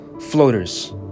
Floaters